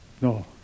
No